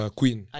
queen